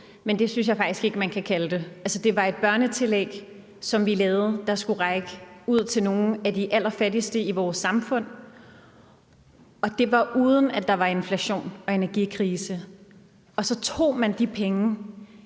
men det synes jeg faktisk ikke man kan kalde det. Det var et børnetillæg, som vi lavede, der skulle række ud til nogle af de allerfattigste i vores samfund, og det var, uden at der var inflation og energikrise. Så tog man de penge,